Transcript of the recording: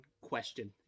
question